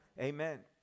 Amen